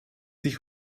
sich